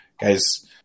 guys –